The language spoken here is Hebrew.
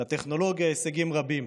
לטכנולוגיה הישגים רבים.